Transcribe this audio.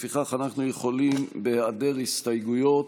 לפיכך, אנחנו יכולים, בהיעדר הסתייגויות,